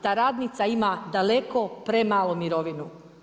Ta radnica ima daleko premalu mirovinu.